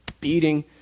beating